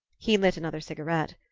he lit another cigarette.